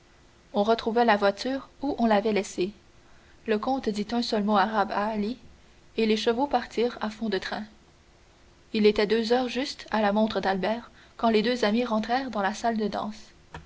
on retrouva la voiture où on l'avait laissée le comte dit un seul mot arabe à ali et les chevaux partirent à fond de train il était deux heures juste à la montre d'albert quand les deux amis rentrèrent dans la salle de danse